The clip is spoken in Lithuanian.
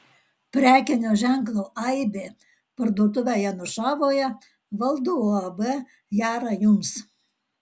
prekinio ženklo aibė parduotuvę janušavoje valdo uab jara jums